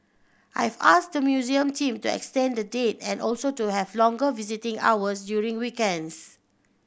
I've asked the museum team to extend the date and also to have longer visiting hours during weekends